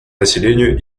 населению